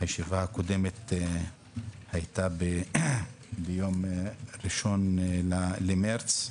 הישיבה הקודמת הייתה ביום 1 במרץ,